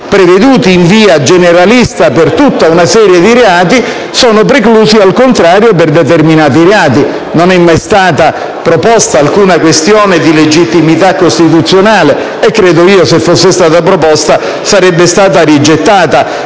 preveduti in via generalista per una serie di reati che sono preclusi, al contrario, per determinati reati. Non è mai stata proposta alcuna questione di legittimità costituzionale e credo che, se lo fosse stata, sarebbe stata rigettata,